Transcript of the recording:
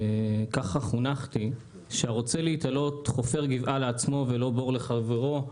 ככה חונכתי שהרוצה להתעלות חופר גבעה לעצמו ולא בור לחברו,